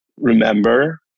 remember